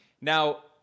Now